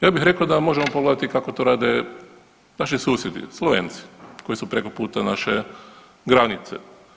Ja bih rekao da možemo pogledati kako to rade naši susjedi Slovenci koji su preko puta naše granice.